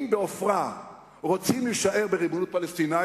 אם בעופרה רוצים להישאר בריבונות פלסטינית,